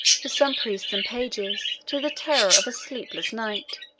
with some priests and pages, to the terrors of a sleepless night.